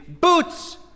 boots